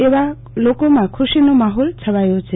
તવા લોકોમાં ખુશીનો માહોલ છવાયો છે